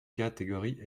catégorie